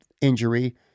injury